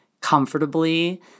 comfortably